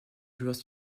joueurs